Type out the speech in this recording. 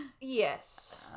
yes